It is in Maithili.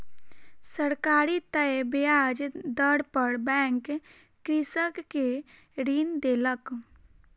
सरकारी तय ब्याज दर पर बैंक कृषक के ऋण देलक